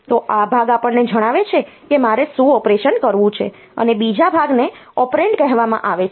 તો આ ભાગ આપણને જણાવે છે કે મારે શું ઓપરેશન કરવું છે અને બીજા ભાગને ઓપરેન્ડ કહેવામાં આવે છે